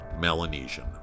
Melanesian